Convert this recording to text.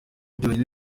byonyine